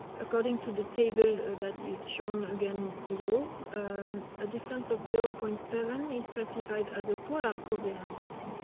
according to the table that is shown again below a difference of zero point seven is classified as a polar kobe long one.